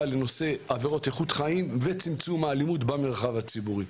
לנושא עבירות איכות חיים וצמצום האלימות במרחב הציבורי,